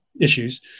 issues